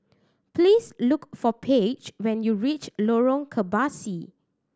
please look for Paige when you reach Lorong Kebasi